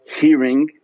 hearing